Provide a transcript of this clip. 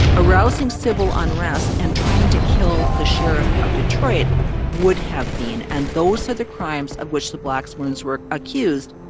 arousing civil unrest and trying to kill the sheriff of detroit would have been, and those are the crimes of which the blackburns were accused